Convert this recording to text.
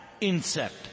insect